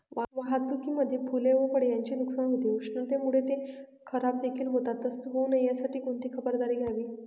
वाहतुकीमध्ये फूले व फळे यांचे नुकसान होते, उष्णतेमुळे ते खराबदेखील होतात तसे होऊ नये यासाठी कोणती खबरदारी घ्यावी?